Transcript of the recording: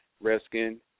Redskin